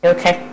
Okay